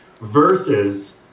Versus